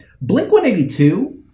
Blink-182